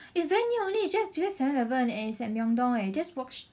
it's very near only just beside seven eleven and it's at Myeongdong eh you just walk straight